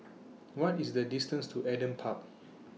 What IS The distance to Adam Park